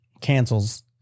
cancels